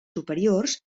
superiors